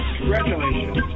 Congratulations